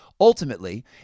Ultimately